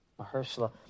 Mahershala